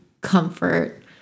comfort